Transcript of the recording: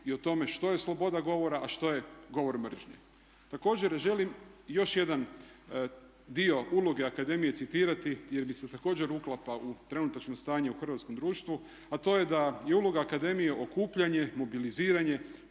i o tome što je sloboda govora, a što je govor mržnje. Također želim još jedan dio uloge akademije citirati jer mi se također uklapa u trenutačno stanje u hrvatskom društvu, a to je da je uloga akademije okupljanje, mobiliziranje,